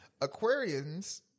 Aquarians